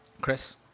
Chris